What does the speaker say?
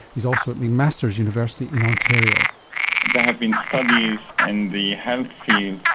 he's also at mcmasters university in ontario. there have been studies in the health field,